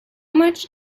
much